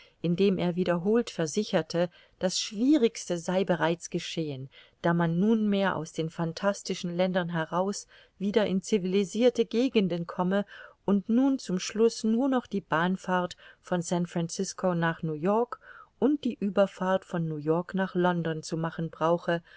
indem er wiederholt versicherte das schwierigste sei bereits geschehen da man nunmehr aus den phantastischen ländern heraus wieder in civilsirte gegenden komme und nun zum schluß nur noch die bahnfahrt von san francisco nach new-york und die ueberfahrt von new-york nach london zu machen brauche